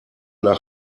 nach